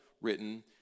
written